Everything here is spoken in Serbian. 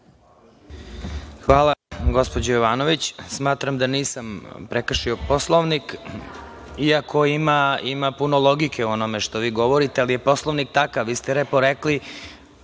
Hvala, gospođo Jovanović. Smatram da nisam prekršio Poslovnik, iako ima puno logike u onome što vi govorite, ali je Poslovnik takav. Vi ste lepo rekli